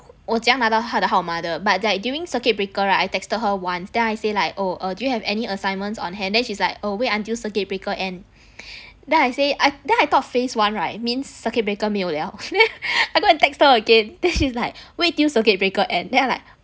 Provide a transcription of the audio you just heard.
我怎样拿到他的号码的 but like during circuit breaker right I texted her once then I say like oh err do you have any assignments on hand then she's like oh wait until circuit breaker and then I say I then I thought phase one right means circuit breaker 没有了 I go and text her again then she's like wait till circuit breaker end then I'm like